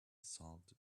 salt